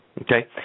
Okay